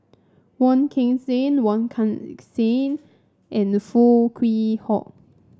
Wong Kan Seng Wong Kan Seng and Foo Kwee Horng